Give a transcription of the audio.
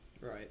Right